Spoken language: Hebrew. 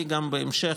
אני גם בהמשך,